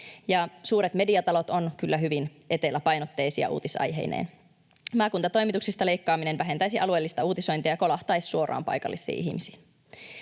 Suuret mediatalot ovat kyllä hyvin eteläpainotteisia uutisaiheineen. Maakuntatoimituksista leikkaaminen vähentäisi alueellista uutisointia ja kolahtaisi suoraan paikallisiin ihmisiin.